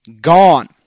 gone